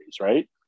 right